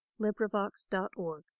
LibriVox.org